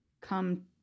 come